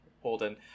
Holden